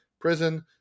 prison